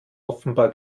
offenbar